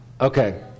Okay